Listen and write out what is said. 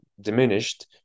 diminished